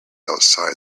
outside